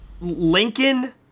Lincoln